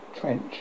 trench